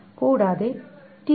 കൂടാതെ t3